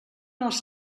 els